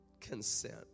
consent